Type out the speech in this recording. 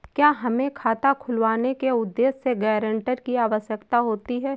क्या हमें खाता खुलवाने के उद्देश्य से गैरेंटर की आवश्यकता होती है?